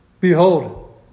Behold